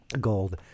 Gold